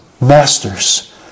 masters